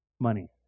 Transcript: money